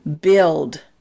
build